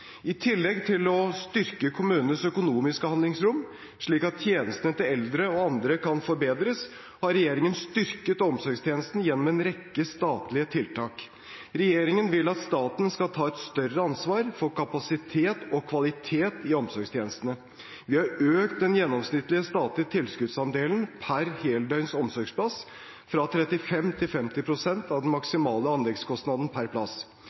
I tillegg til å styrke kommunenes økonomiske handlingsrom, slik at tjenestene til eldre og andre kan forbedres, har regjeringen styrket omsorgstjenesten gjennom en rekke statlige tiltak. Regjeringen vil at staten skal ta større ansvar for kapasitet og kvalitet i omsorgstjenestene. Vi har økt den gjennomsnittlige statlige tilskuddsandelen per heldøgns omsorgsplass fra 35 pst. til 50 pst. av den maksimale anleggskostnaden per plass.